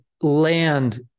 land